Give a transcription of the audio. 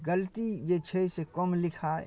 गलती जे छै से कम लिखाइ